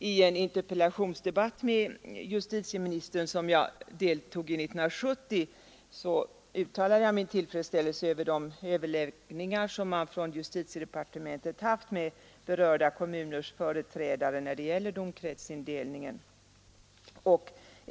I en interpellationsdebatt med justitieministern som jag deltog i 1970 uttalade jag min tillfredsställelse över de överläggningar justitiedepartementet haft med berörda kommuners företrädare när det gällde domkretsindelningen.